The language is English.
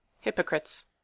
hypocrites